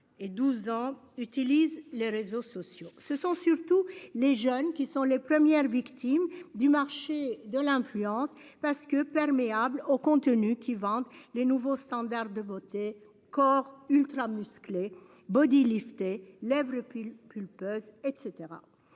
Et 12 ans utilisent les réseaux sociaux. Ce sont surtout les jeunes qui sont les premières victimes du marché de l'influence parce que perméable aux contenus qui vendent les nouveaux standards de beauté corps ultra musclée body lifter lève le fil pulpeuse etc.